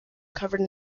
covered